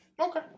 Okay